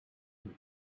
can